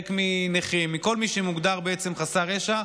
הרחק מנכים ומכל מי שמוגדר כחסר ישע.